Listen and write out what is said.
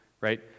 right